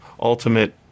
ultimate